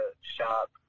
shop